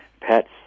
pets